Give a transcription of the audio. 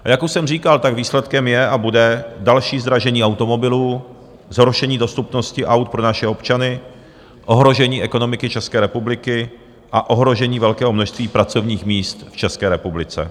A jak už jsem říkal, výsledkem je a bude další zdražení automobilů, zhoršení dostupnosti aut pro naše občany, ohrožení ekonomiky České republiky a ohrožení velkého množství pracovních míst v České republice.